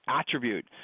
attribute